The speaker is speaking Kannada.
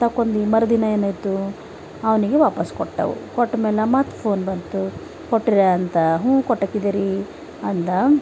ತಕೊಂಡು ಮರುದಿನ ಏನಾಯ್ತು ಅವನಿಗೆ ವಾಪಸ್ ಕೊಟ್ಟೆವು ಕೊಟ್ಟ ಮೇಲ ಮತ್ತ ಫೋನ್ ಬಂತು ಕೊಟ್ರ್ಯಾ ಅಂತ ಹ್ಞೂ ಕೊಟ್ಟಾಕಿದೆರೀ ಅಂದ